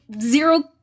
zero